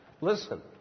Listen